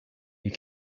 you